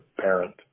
parent